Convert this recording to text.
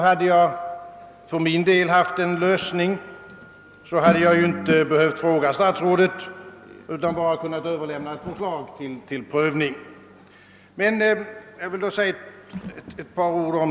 Hade jag själv haft en lösning, hade jag ju inte behövt fråga statsrådet utan bara kunnat överlämna ett förslag till prövning.